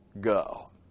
go